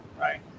right